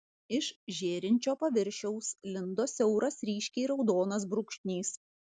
iš žėrinčio paviršiaus lindo siauras ryškiai raudonas brūkšnys